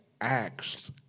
acts